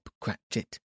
Cratchit